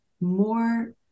more